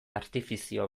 artifizio